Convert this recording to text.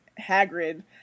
Hagrid